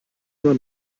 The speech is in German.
immer